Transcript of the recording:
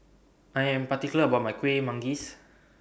I Am particular about My Kueh Manggis